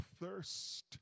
thirst